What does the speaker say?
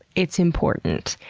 it's important.